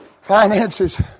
finances